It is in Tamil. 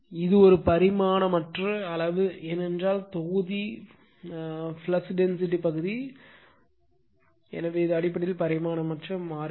எனவே இது ஒரு பரிமாணமற்ற அளவு ஏனென்றால் தொகுதி ஃப்ளக்ஸ் டென்சிட்டி பகுதி ஃப்ளக்ஸ் டென்சிட்டி எனவே இது அடிப்படையில் பரிமாணமற்ற மாறிலி